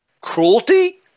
Cruelty